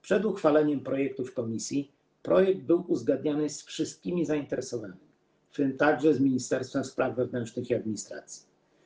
Przed uchwaleniem w komisji projekt był uzgadniany ze wszystkimi zainteresowanymi, w tym z Ministerstwem Spraw Wewnętrznych i Administracji.